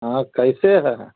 हाँ कैसे है